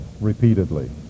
repeatedly